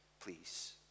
please